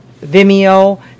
Vimeo